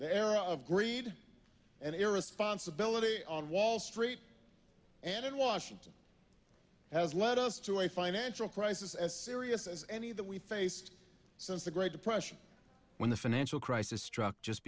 air of greed and irresponsibility on wall street and in washington has led us to a financial crisis as serious as any that we've faced since the great depression when the financial crisis struck just